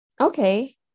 Okay